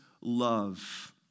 love